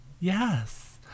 Yes